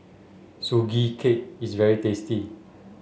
Sugee Cake is very tasty